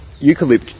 Eucalypt